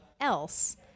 else